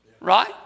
right